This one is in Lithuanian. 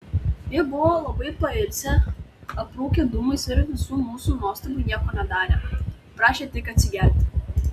jie buvo labai pailsę aprūkę dūmais ir visų mūsų nuostabai nieko nedarė paprašė tik atsigerti